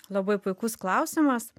labai puikus klausimas